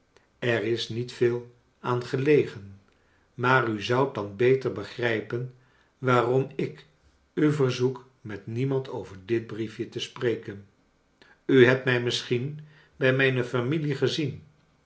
er is niet veel aan gelegen maar u zoudt dan beter begrijpen waarom ik u verzoek met niemand over dit briefje te spreken u hebt mij misschien bij mijne familie gezien